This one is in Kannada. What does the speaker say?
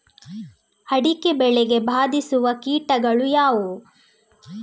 ಅಡಿಕೆ ಬೆಳೆಗೆ ಬಾಧಿಸುವ ಕೀಟಗಳು ಯಾವುವು?